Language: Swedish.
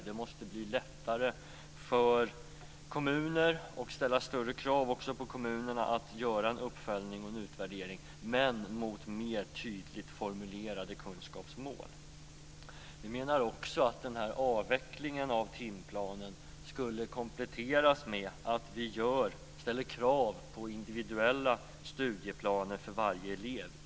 Det måste bli lättare för kommunerna - och det måste också ställas större krav på dem - att göra en uppföljning och en utvärdering mot mer tydligt formulerade kunskapsmål. Vi menar också att avvecklingen av timplanen skulle kompletteras med att man i grundskoleförordningen ställer krav på individuella studieplaner för varje elev.